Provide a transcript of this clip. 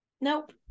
Nope